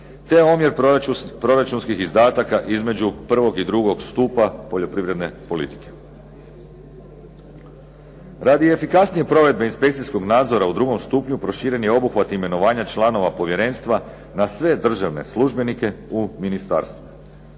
te omjer proračunskih izdataka između prvog i drugo stupa poljoprivredne politike. Radi efikasnije provedbe inspekcijskog nadzora u drugom stupnju proširen je obuhvat imenovanja članova povjerenstva na sve državne službenike u Ministarstvu.